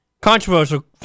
Controversial